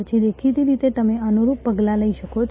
પછી દેખીતી રીતે તમે અનુરૂપ પગલાં લઈ શકો છો